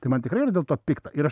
tai man tikrai yra dėl to pikta ir aš